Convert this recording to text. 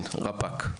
כן, רפ"ק.